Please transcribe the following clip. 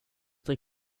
till